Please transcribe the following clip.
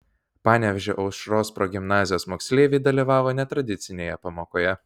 panevėžio aušros progimnazijos moksleiviai dalyvavo netradicinėje pamokoje